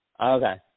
Okay